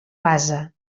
base